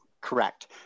Correct